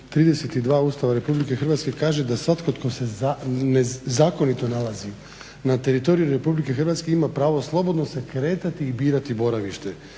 32. Ustava Republike Hrvatske kaže da svatko tko se zakonito nalazi na teritoriju Republike Hrvatske ima pravo slobodno se kretati i birati boravište.